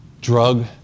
drug